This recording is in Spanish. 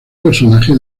personaje